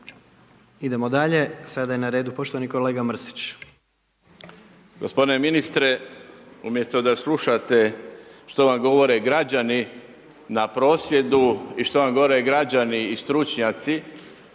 Idemo dalje. Sada je na redu poštovani kolega Mrsić. **Mrsić, Mirando (Nezavisni)** Gospodine ministre, umjesto da slušate što vam govore građani na prosvjedu i što vam govore građani i stručnjaci,